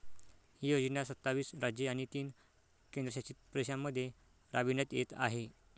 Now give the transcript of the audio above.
ही योजना सत्तावीस राज्ये आणि तीन केंद्रशासित प्रदेशांमध्ये राबविण्यात येत आहे